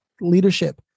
leadership